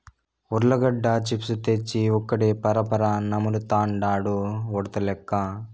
ఉర్లగడ్డ చిప్స్ తెచ్చి ఒక్కడే పరపరా నములుతండాడు ఉడతలెక్క